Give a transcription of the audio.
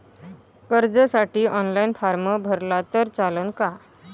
कर्जसाठी online form भरला तर चालन का?